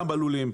גם בלולים,